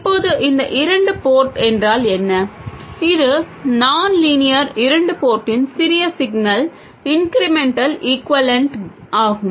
இப்போது இந்த இரண்டு போர்ட் என்றால் என்ன இது நான் லீனியர் இரண்டு போர்ட்டின் சிறிய சிக்னல் இன்க்ரிமென்டல் ஈக்வேலன்ட்டாகும்